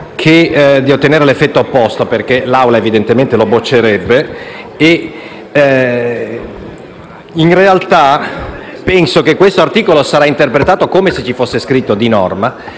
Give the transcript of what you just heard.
di ottenere l'effetto opposto perché l'Assemblea evidentemente lo respingerebbe. In realtà, penso che l'articolo sarà interpretato come se ci fosse scritto «di norma»,